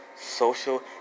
social